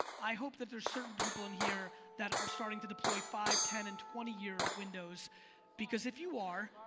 i hope that there's certain people in here that are starting to deploy five, ten, and twenty year windows because if you are,